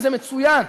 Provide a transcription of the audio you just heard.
זה מצוין.